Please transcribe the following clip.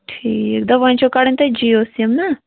ٹھیٖک دَپ وۄنۍ چھو کَڑٕنۍ تۄہہِ جِیو سِم نَہ